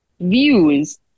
views